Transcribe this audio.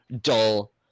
dull